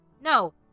No